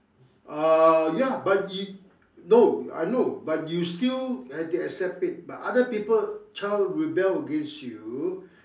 err ya but you no I know but you still have to accept it but other people child rebel against you